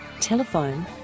telephone